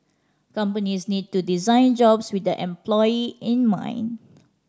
companies need to design jobs with the employee in mind